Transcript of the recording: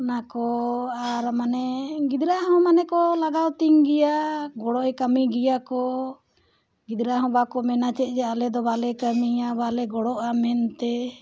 ᱚᱱᱟ ᱠᱚ ᱟᱨ ᱢᱟᱱᱮ ᱜᱤᱫᱽᱨᱟᱹ ᱦᱚᱸ ᱢᱟᱱᱮ ᱠᱚ ᱞᱟᱜᱟᱣ ᱛᱤᱧ ᱜᱮᱭᱟ ᱜᱚᱲᱚ ᱠᱟᱹᱢᱤ ᱜᱮᱭᱟ ᱠᱚ ᱜᱤᱫᱽᱨᱟᱹ ᱦᱚᱸ ᱵᱟᱠᱚ ᱢᱮᱱᱟ ᱪᱮᱫ ᱡᱮ ᱟᱞᱮ ᱫᱚ ᱵᱟᱞᱮ ᱠᱟᱹᱢᱤᱭᱟ ᱵᱟᱞᱮ ᱜᱚᱲᱚᱜᱼᱟ ᱢᱮᱱᱛᱮ